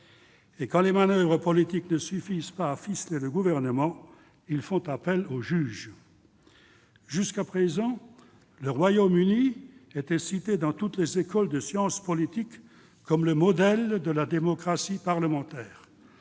Et, quand les manoeuvres politiques ne suffisent pas à ficeler le gouvernement, ils font appel aux juges. Jusqu'à présent, le Royaume-Uni était cité dans toutes les écoles de sciences politiques comme le modèle de la démocratie parlementaire.